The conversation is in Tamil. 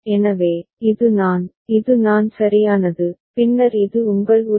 எனவே இது நான் இது நான் சரியானது பின்னர் இது உங்கள் உரிமை